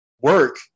work